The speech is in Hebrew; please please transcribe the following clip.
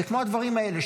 זה כמו הדברים האלה,